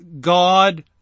God